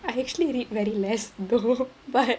I actually read very less book [what]